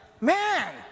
man